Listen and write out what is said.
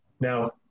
Now